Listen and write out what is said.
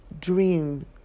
dream